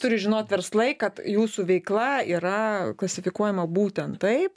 turi žinot verslai kad jūsų veikla yra klasifikuojama būtent taip